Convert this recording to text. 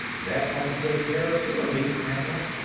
that ought to take care of two of me, i thought.